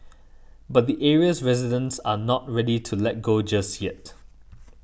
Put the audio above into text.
but the area's residents are not ready to let go just yet